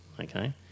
okay